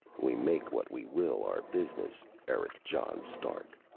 we make what we will our business, eric john stark.